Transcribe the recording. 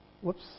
Whoops